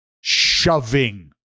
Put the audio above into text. shoving